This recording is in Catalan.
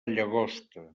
llagosta